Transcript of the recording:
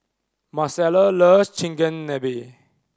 Marcella love Chigenabe